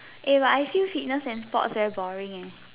eh but I feel fitness and sports very boring eh